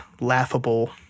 laughable